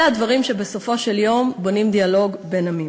אלה הדברים שבסופו של דבר בונים דיאלוג בין עמים.